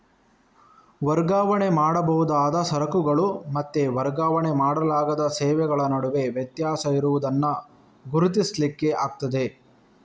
ವರ್ಗಾವಣೆ ಮಾಡಬಹುದಾದ ಸರಕುಗಳು ಮತ್ತೆ ವರ್ಗಾವಣೆ ಮಾಡಲಾಗದ ಸೇವೆಗಳ ನಡುವೆ ವ್ಯತ್ಯಾಸ ಇರುದನ್ನ ಗುರುತಿಸ್ಲಿಕ್ಕೆ ಆಗ್ತದೆ